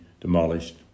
demolished